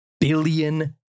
Billion